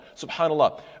SubhanAllah